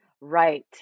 Right